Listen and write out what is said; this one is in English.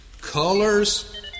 colors